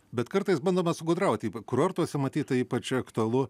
bet kartais bandoma sugudrauti kurortuose matyt tai ypač aktualu